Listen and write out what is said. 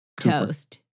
Toast